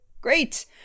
Great